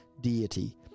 deity